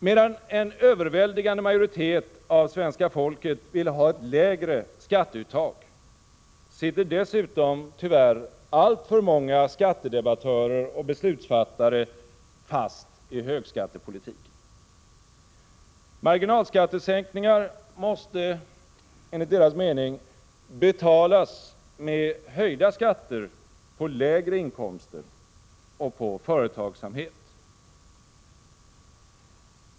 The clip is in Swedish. Medan en överväldigande majoritet av svenska folket vill ha ett lägre skatteuttag, sitter dessutom tyvärr alltför många skattedebattörer och beslutsfattare fast i högskattepolitiken. Marginalskattesänkningar måste enligt deras mening betalas med höjda skatter på lägre inkomster och på företagsamhet.